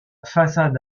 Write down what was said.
façade